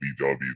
BW